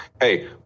hey